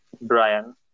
Brian